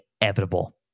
inevitable